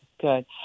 Good